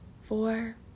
four